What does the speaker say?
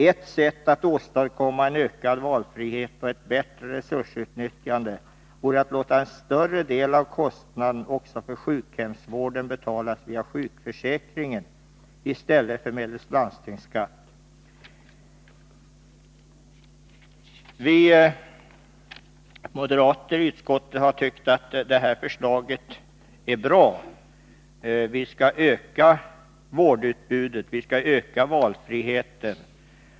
Ett sätt att åstadkomma en ökad valfrihet och ett bättre resursutnyttjande vore att låta en större del av kostnaden också för sjukhemsvården betalas via sjukförsäkringen i stället för medelst landstingsskatt.” Moderaterna i utskottet har tyckt att det här förslaget är bra. Vi vill öka vårdutbudet och valfriheten.